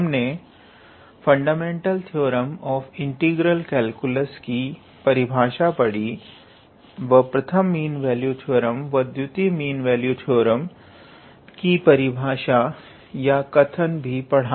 हमने fundamental theorem of integral calculus की परिभाषा पढ़ी व प्रथम मीन वैल्यू थ्योरम तथा द्वीतीय मीन वैल्यू थ्योरम की परिभाषा या कथन भी पढा